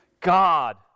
God